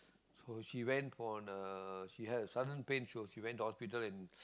so she went for the she had a sudden pain so she went to hospital and